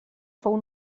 fou